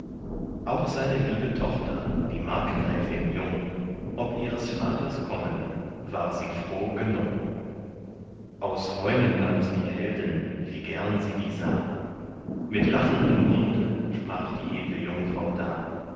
auch seine liebe tochter die markgräfin jung ob ihres vaters kommen war sie froh genung aus heunenland die helden wie gern sie die sah mit lachendem mute sprach die edle jungfrau da